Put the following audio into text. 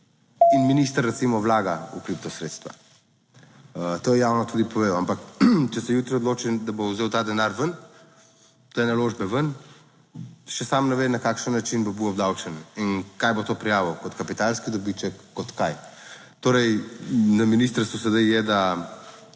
In minister recimo vlaga v kripto sredstva. To je javno tudi povedal, ampak če se jutri odloči, da bo vzel ta denar ven, te naložbe ven, še sam ne ve na kakšen način bo bil obdavčen in kaj bo to prijavil kot kapitalski dobiček, kot kaj. Torej na ministrstvu sedaj je, da